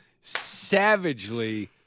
savagely